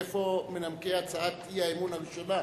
איפה מנמקי הצעת האי-אמון הראשונה?